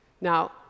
Now